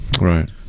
Right